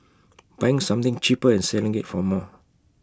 buying something cheaper and selling IT for more